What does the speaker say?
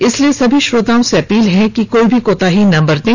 इसलिए सभी श्रोताओं से अपील है कि कोई भी कोताही ना बरतें